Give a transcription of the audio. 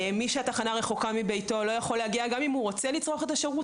מי שהתחנה רחוקה מביתו לא יכול להגיע וגם אם הוא רוצה לצרוך את השירות